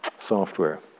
software